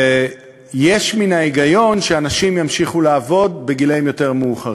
ויש מן ההיגיון בכך שאנשים ימשיכו לעבוד בגילים יותר מאוחרים.